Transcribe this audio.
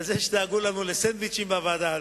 לזה שדאגו לנו לסנדוויצ'ים בוועדה,